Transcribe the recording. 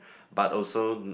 but also